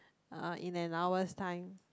uh in an hour's time